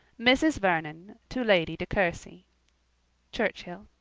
mrs. vernon to lady de courcy churchhill